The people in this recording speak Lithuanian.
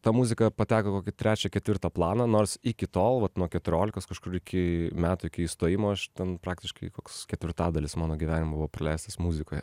ta muzika pateko į kokį trečią ketvirtą planą nors iki tol vat nuo keturiolikos kažkur iki metų iki įstojimo aš ten praktiškai koks ketvirtadalis mano gyvenimo buvo praleistas muzikoje